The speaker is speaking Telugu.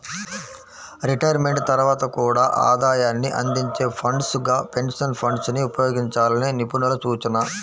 రిటైర్మెంట్ తర్వాత కూడా ఆదాయాన్ని అందించే ఫండ్స్ గా పెన్షన్ ఫండ్స్ ని ఉపయోగించాలని నిపుణుల సూచన